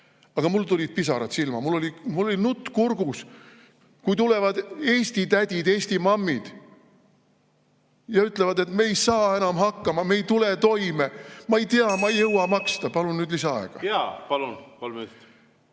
Aga mul tulid pisarad silma. Mul oli nutt kurgus. Kui tulevad eesti tädid, eesti mammid ja ütlevad, et me ei saa enam hakkama, me ei tule toime. "Ma ei tea, ma ei jõua maksta." Palun nüüd lisaaega. Jaa, palun! Kolm minutit.